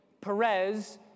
Perez